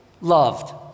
loved